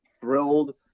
thrilled